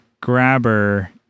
grabber